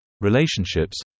relationships